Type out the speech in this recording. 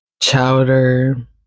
chowder